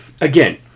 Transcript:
Again